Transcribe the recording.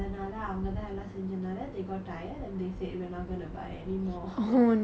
ya very sad lah how about cats